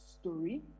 story